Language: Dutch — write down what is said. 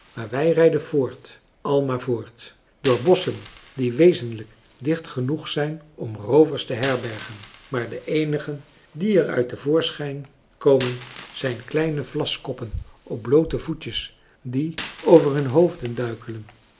wij rijden voort al maar voort door bosschen die wezenlijk dicht genoeg zijn om roovers te herbergen maar de eenigen die er uit te voorschijn françois haverschmidt familie en kennissen komen zijn kleine vlaskoppen op bloote voetjes die over hun hoofden duikelen